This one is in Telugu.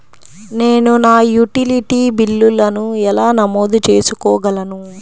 నేను నా యుటిలిటీ బిల్లులను ఎలా నమోదు చేసుకోగలను?